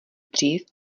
dřív